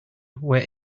where